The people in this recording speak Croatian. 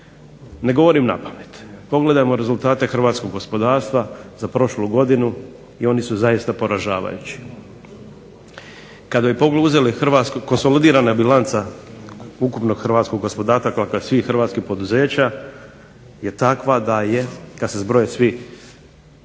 Ne govorim napamet. Pogledajmo rezultate hrvatskog gospodarstva za prošlu godinu i oni su zaista poražavajući. Kada bi uzeli Hrvatsku konsolidirana bilanca ukupnog hrvatskog gospodarstva kod svih hrvatskih poduzeća je takva da je kad se zbroje svi,